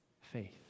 Faith